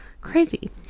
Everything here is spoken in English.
Crazy